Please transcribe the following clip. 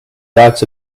doubts